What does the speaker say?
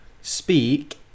speak